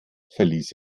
verließ